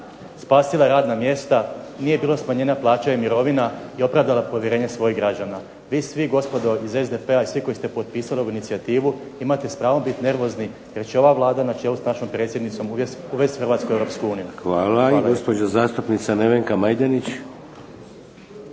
spasila radna mjesta, nije bilo smanjenja plaća i mirovina i opravdala povjerenje svojih građana. Vi svi gospodo iz SDP-a i svi koji ste potpisali ovu inicijativu imate s pravom biti nervozni jer će ova Vlada na čelu s našom predsjednicom uvest Hrvatsku u Europsku uniju. Hvala. **Šeks, Vladimir (HDZ)** Hvala.